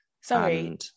sorry